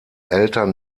eltern